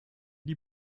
die